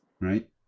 right